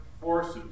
forces